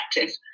active